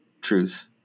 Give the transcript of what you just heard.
truth